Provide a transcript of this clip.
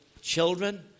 children